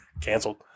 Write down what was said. Canceled